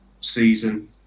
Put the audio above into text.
season